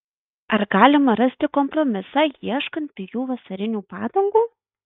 ar galima rasti kompromisą ieškant pigių vasarinių padangų